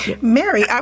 Mary